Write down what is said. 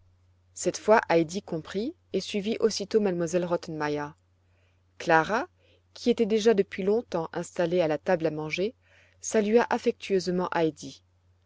cette fois heidi comprit et suivit aussitôt m elle rottenmeier clara qui était déjà depuis long temps installée à la salle à manger salua affectueusement heidi